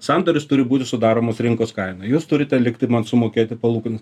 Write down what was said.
sandoris turi būti sudaromas rinkos kaina jūs turite likti man sumokėti palūkanų